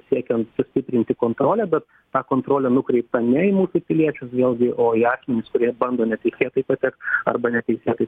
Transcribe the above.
siekiant sustiprinti kontrolę bet ta kontrolė nukreipta ne į mūsų piliečius vėlgi o į asmenis kurie bando neteisėtai patekt arba neteisėtai